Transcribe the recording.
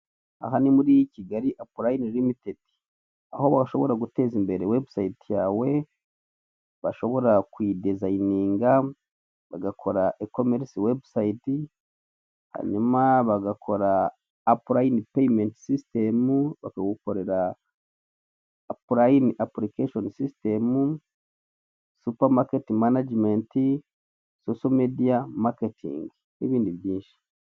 Aha ni muri Kigali apurayingi rimitidi aho bashobora guteza imbere wbusayiti yawe, bashobora kuyidizayininga bagakora ikomerisi webusayiti hanyuma bagakora apurayini payimeti sistemu bakagukorera apurayini apurikesheni sistemu, supamaketi manajimenti, soshomediya maketingi n'ibindi byinshi.